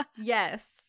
yes